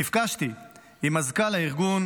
נפגשתי עם מזכ"ל הארגון